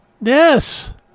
Yes